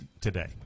Today